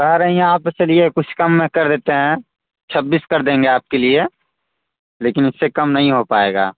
कह रही हैं आप चलिए कुछ कम में कर देते हैं छब्बीस कर देंगे आपके लिए लेकिन इससे कम नहीं हो पाएगा